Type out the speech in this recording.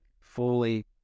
fully